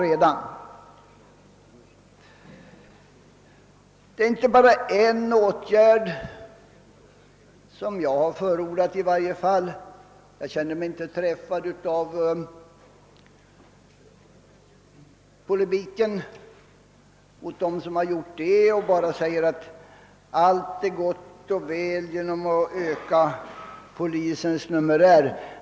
Det är en åtgärd som i varje fall inte bara jag har förordat. Jag har inte känt mig träffad av polemiken mot dem som menat att allt blir gott och väl bara man ökar polisens numerär.